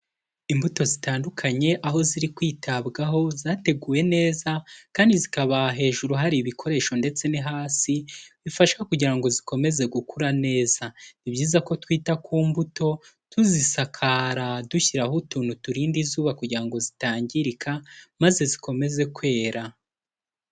Imbuto zitandukanye aho ziri kwitabwaho zateguwe neza kandi zikaba hejuru hari ibikoresho ndetse no hasi bifashwa kugira ngo zikomeze gukura neza, ni byiza ko twita ku mbuto tuzisakara dushyiraho utuntu turinda izuba kugira ngo zitangirika maze zikomeze kwera.